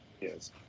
Yes